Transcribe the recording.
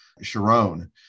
Sharon